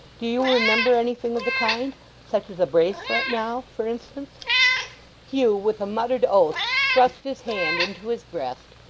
do you remember anything of the kind such as a bracelet now, for instance hugh with a muttered oath thrust his hand into his breast,